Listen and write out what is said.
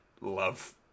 love